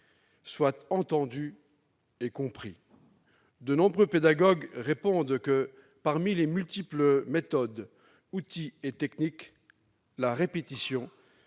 soient entendus et compris ? De nombreux pédagogues répondent que, parmi les multiples méthodes, outils et techniques disponibles, la répétition